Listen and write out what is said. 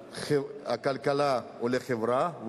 הכלכלה היא למען החברה,